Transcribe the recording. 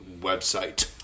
website